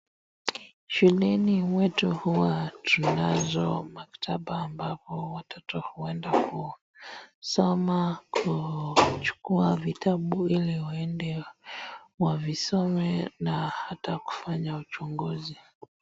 Shuleni mwetu huwa tunazo maktaba ambapo watoto huenda ku soma, kuchukua vitabu ili waende wavisome na hata kufanya uchunguzi.